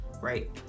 right